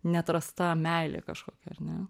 neatrasta meilė kažkokia ar ne